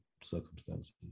circumstances